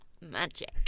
magic